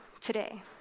today